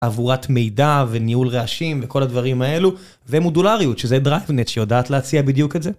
עבורת מידע וניהול רעשים וכל הדברים האלו ומודולריות שזה DriveNet שיודעת להציע בדיוק את זה.